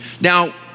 Now